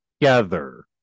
together